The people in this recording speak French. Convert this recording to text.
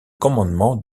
commandement